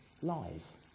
lies